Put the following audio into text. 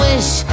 wish